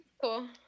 cool